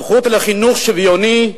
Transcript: הזכות לחינוך שוויוני,